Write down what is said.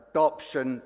Adoption